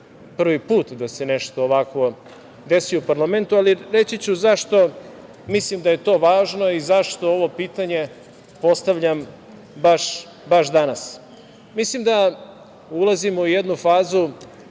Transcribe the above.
prvi put da se nešto ovako desi u parlamentu, ali reći ću zašto mislim da je to važno i zašto ovo pitanje postavljam baš danas. Mislim da ulazimo u jednu fazu